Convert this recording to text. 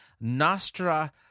Nostra